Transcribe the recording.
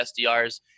SDRs